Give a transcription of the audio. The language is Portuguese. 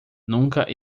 nunca